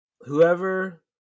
whoever